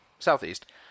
southeast